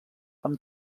amb